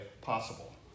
possible